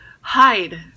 hide